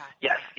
yes